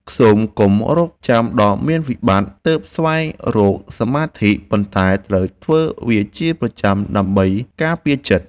សូមកុំរង់ចាំរហូតដល់មានវិបត្តិទើបស្វែងរកសមាធិប៉ុន្តែត្រូវធ្វើវាជាប្រចាំដើម្បីការពារចិត្ត។